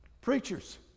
Preachers